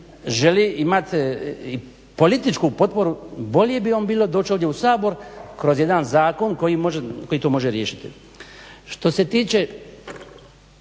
želi imat političku potporu, bolje bi vam bilo doć ovdje u Sabor kroz jedan zakon koji to može riješiti. Što se tiče